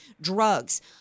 drugs